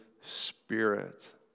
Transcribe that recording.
spirit